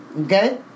Okay